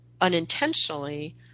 unintentionally